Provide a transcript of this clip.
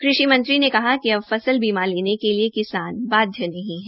कृषि मंत्री ने कहा कि अब फसल बीमा लेने के लिए किसान बाध्य नहीं है